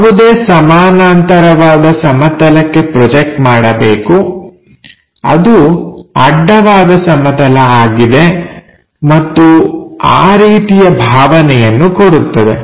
ಯಾವುದೇ ಸಮಾನಾಂತರವಾದ ಸಮತಲಕ್ಕೆ ಪ್ರೊಜೆಕ್ಟ್ ಮಾಡಬೇಕು ಅದು ಅಡ್ಡವಾದ ಸಮತಲ ಆಗಿದೆ ಮತ್ತು ಆ ರೀತಿಯ ಭಾವನೆಯನ್ನು ಕೊಡುತ್ತದೆ